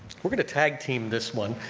we're gonna tag team this one.